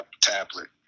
tablet